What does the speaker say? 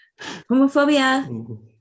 homophobia